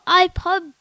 iPod